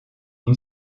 une